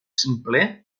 simple